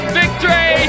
victory